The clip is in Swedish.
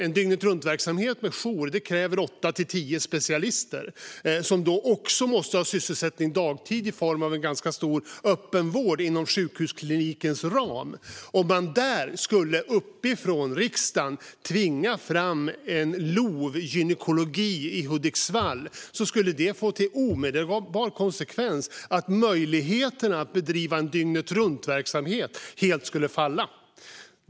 En dygnetruntverksamhet med jour kräver åtta till tio specialister - som då också måste ha sysselsättning dagtid i form av en ganska stor öppenvård inom sjukhusklinikens ram. Om man uppifrån riksdagen skulle tvinga fram en LOV-gynekologi i Hudiksvall skulle det få till omedelbar konsekvens att möjligheterna att bedriva en dygnetruntverksamhet helt skulle falla.